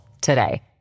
today